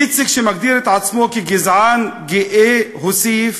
איציק, שמגדיר את עצמו גזען גאה, הוסיף: